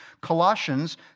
Colossians